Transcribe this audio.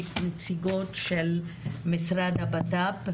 יפעת חסון, המשרד לביטחון הפנים,